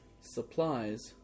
supplies